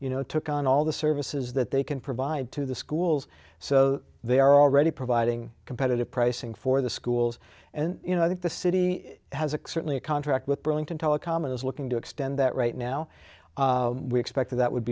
you know took on all the services that they can provide to the schools so they are already providing competitive pricing for the schools and you know i think the city has externally a contract with burlington telecom and is looking to extend that right now we expect that would